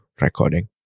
recording